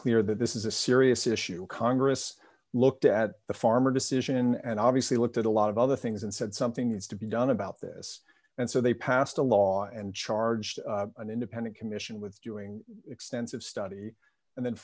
clear that this is a serious issue congress looked at the farmer decision and obviously looked at a lot of other things and said something is to be done about this and so they passed a law and charged an independent commission with doing extensive study and then